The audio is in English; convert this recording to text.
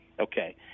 Okay